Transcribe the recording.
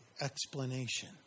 explanation